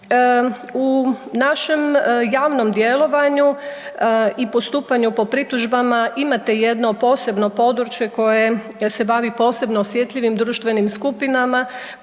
U našem javnom djelovanju i postupanju po pritužbama imate jedno posebno područje koje se bavi posebno osjetljivim društvenim skupinama